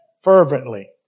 fervently